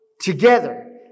together